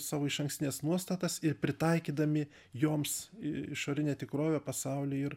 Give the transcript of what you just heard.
savo išankstines nuostatas ir pritaikydami joms išorinę tikrovę pasaulį ir